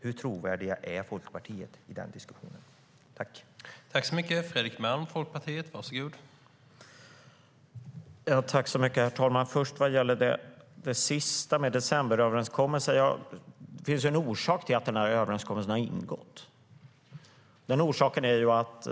Hur trovärdigt är Folkpartiet i den diskussionen?